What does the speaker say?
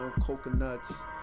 coconuts